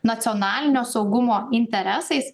nacionalinio saugumo interesais